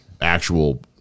Actual